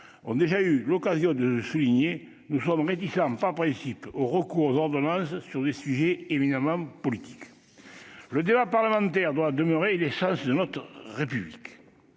ont déjà eu l'occasion de le souligner : ils sont réticents par principe au recours aux ordonnances sur des sujets éminemment politiques. Le débat parlementaire doit demeurer l'essence de notre République.